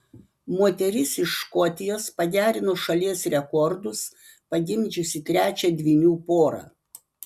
moteris iš škotijos pagerino šalies rekordus pagimdžiusi trečią dvynių porą